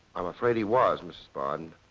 i'm afraid he was, mrs. bard.